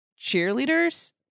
cheerleaders